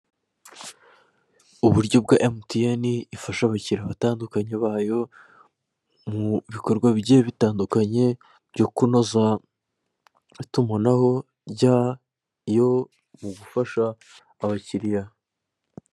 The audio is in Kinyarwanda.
Uburyo bwa MTN ifasha abakiriya batandukanye bayo mu bikorwa bitandukanye byo kunoza itumanaho ryayo mu gufasha abakiriya.